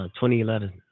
2011